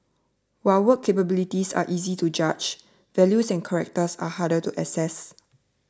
while work capabilities are easy to judge values and characters are harder to assess